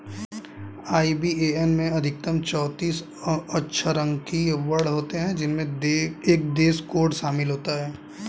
IBAN में अधिकतम चौतीस अक्षरांकीय वर्ण होते हैं जिनमें एक देश कोड शामिल होता है